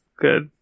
Good